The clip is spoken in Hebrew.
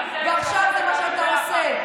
ועכשיו זה מה שאתה עושה.